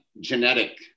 genetic